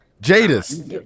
Jadis